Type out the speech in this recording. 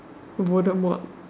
wouldn't work